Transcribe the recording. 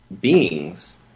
beings